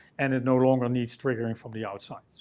and it no longer needs triggering from the outside. so,